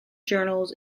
journals